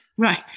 Right